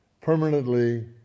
permanently